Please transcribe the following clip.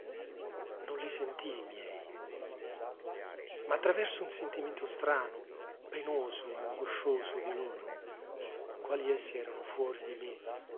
non li sentii miei ma attraverso un sentimento strano penoso angoscioso di loro quali essi erano fuori di me